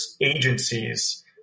agencies